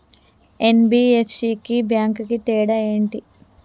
NBFC కి bank కి తేడా ఏంటి?